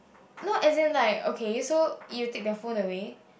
nope as it's like okay so you will take their phone away